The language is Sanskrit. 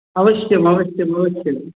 अवश्यम् अवश्यम् अवश्यम्